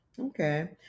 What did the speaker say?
Okay